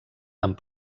amb